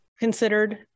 considered